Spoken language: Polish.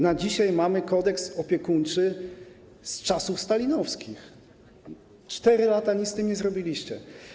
Na dzisiaj mamy Kodeks opiekuńczy z czasów stalinowskich, przez 4 lata nic z tym nie zrobiliście.